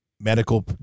medical